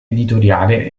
editoriale